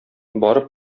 барып